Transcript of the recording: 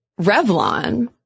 Revlon